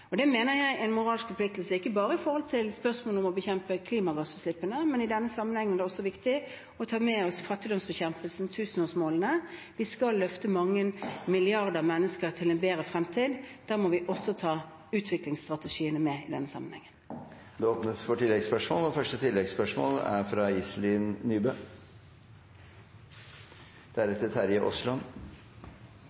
spørsmålet om å bekjempe klimagassutslippene, men i denne sammenheng er det også viktig å ta med seg fattigdomsbekjempelsen og tusenårsmålene. Vi skal løfte mange milliarder mennesker til en bedre fremtid. Da må vi også ta utviklingsstrategiene med i denne sammenheng. Det blir oppfølgingsspørsmål – først Iselin Nybø. Som stortingsrepresentant fra